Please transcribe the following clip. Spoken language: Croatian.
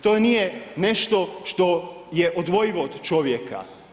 To nije nešto što je odvojivo od čovjeka.